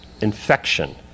infection